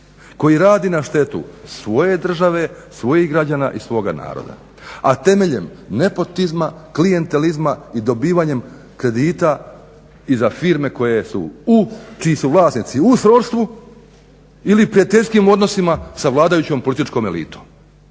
koji radi na štetu svoje države, svojih građana i svoga naroda. A temeljem nepotizma, klijentelizma i dobivanjem kredita i za firme koje su, čiji su vlasnici u srodstvu ili prijateljskim odnosima sa vladajućom političkom elitom.